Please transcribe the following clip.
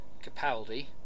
Capaldi